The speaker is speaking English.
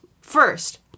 First